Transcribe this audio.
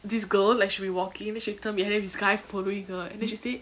this girl like she will be walking then she turn behind then this guy following her and then she say